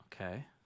Okay